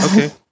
Okay